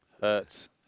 hurts